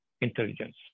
intelligence